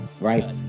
right